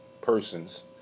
persons